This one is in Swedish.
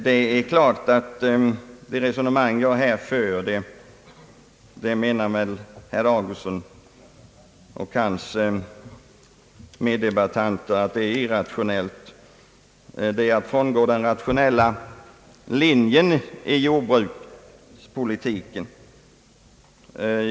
Herr Augustsson, och kanske andra meddebattörer, menar väl att det resonemang jag här för är irrationellt och att jag frångår den rationella linjen i jordbrukspolitiken.